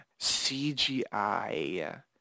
CGI